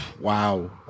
wow